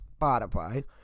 Spotify